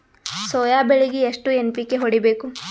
Soya ಬೆಳಿಗಿ ಎಷ್ಟು NPK ಹೊಡಿಬೇಕು?